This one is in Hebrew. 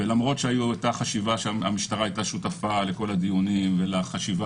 למרות שהמשטרה היתה שותפה לכל הדיונים ולחשיבה